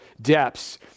depths